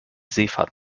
seefahrt